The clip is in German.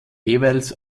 jeweils